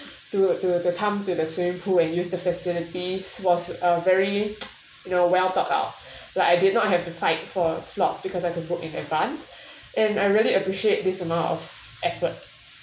to to to come to the swimming pool and use the facilities was a very you know well thought lah like I did not have to fight for slots because I could book in advance and I really appreciate this amount of effort